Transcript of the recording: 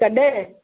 कॾहिं